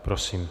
Prosím.